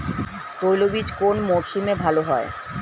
তৈলবীজ কোন মরশুমে ভাল হয়?